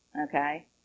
okay